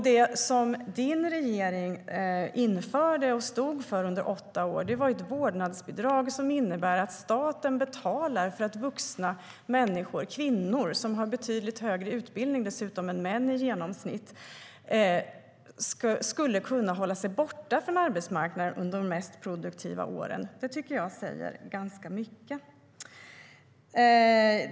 Det din regering införde och stod för under åtta år var ett vårdnadsbidrag som innebär att staten betalade för att vuxna människor, kvinnor, som dessutom har betydligt högre utbildning än män i genomsnitt, skulle kunna hålla sig borta från arbetsmarknaden under de mest produktiva åren. Det tycker jag säger ganska mycket.